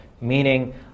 meaning